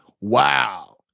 Wow